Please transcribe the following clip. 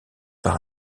par